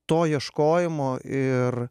to ieškojimo ir